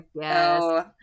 yes